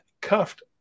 cuffed